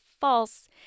false